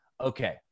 okay